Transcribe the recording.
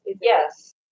Yes